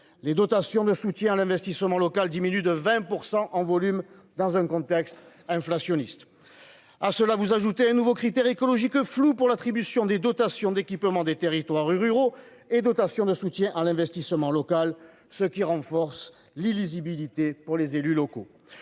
les dotations de soutien à l'investissement local diminue de 20 % en volume dans un contexte inflationniste à cela vous ajoutez un nouveau critère écologique flou pour l'attribution des dotations d'équipement des territoires ruraux et dotation de soutien à l'investissement local, ce qui renforce l'illisibilité pour les élus locaux,